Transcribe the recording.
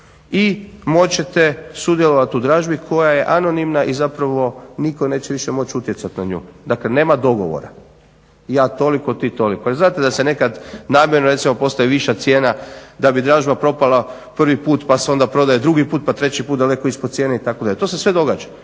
I moći ćete sudjelovati u dražbi koja je anonimna i zapravo nitko neće više moći utjecati na nju. Dakle, nema dogovora. Ja toliko, ti toliko. Znate da se nekad namjerno recimo postavi viša cijena da bi dražba propala prvi put pa se onda prodaje drugi put pa treći put daleko ispod cijene itd. To se sve događa